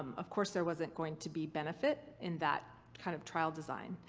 of course there wasn't going to be benefit in that kind of trial design.